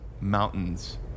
mountains